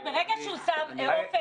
לא, ברגע שהוא שם --- קטי.